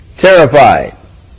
Terrified